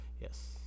Yes